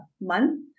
month